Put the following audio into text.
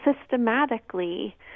systematically